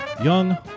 young